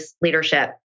leadership